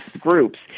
groups